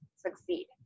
succeed